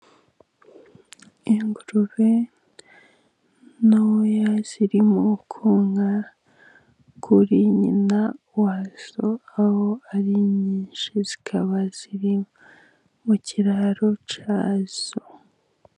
Ingurube ntoya zirimo konka kuri nyina wazo, aho ari nyinshi zikaba ziri mu kiraro cyazo.